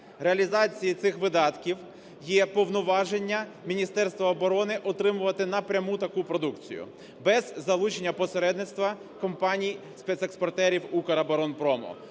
реалізації цих видатків є повноваження Міністерства оборони отримувати напряму таку продукцію, без залучення посередництва компаній спецекспортерів "Укроборонпрому".